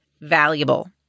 valuable